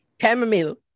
Chamomile